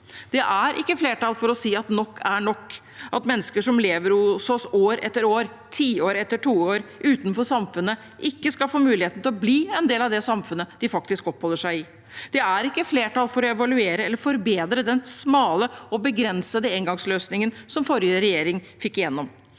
Det er ikke flertall for å si at nok er nok, at mennesker som lever hos oss år etter år, tiår etter tiår utenfor samfunnet, ikke skal få muligheten til å bli en del av det samfunnet de faktisk oppholder seg i. Det er ikke flertall for å evaluere eller forbedre den smale og begrensede engangsløsningen som forrige regjering fikk igjennom.